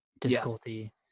difficulty